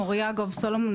מוריה גוב סולומון,